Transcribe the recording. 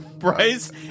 Bryce